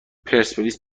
پرسپولیس